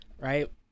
right